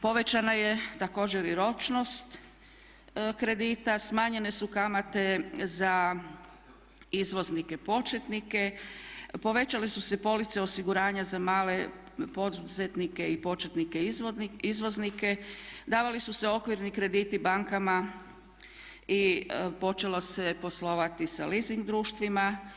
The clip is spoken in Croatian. Povećana je također i ročnost kredita, smanjene su kamate za izvoznike početnike, povećale su se police osiguranja za male poduzetnike i početnike izvoznike, davali su se okvirni krediti bankama i počelo se poslovati sa leasing društvima.